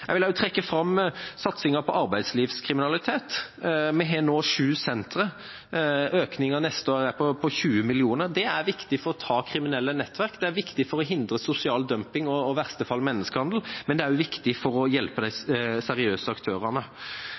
Jeg vil også trekke fram satsingen på arbeidslivskriminalitet. Vi har nå sju sentre. Økningen neste år er på 20 mill. kr. Det er viktig for å ta kriminelle nettverk, det er viktig for å hindre sosial dumping og i verste fall menneskehandel, men det er også viktig for å hjelpe de seriøse aktørene.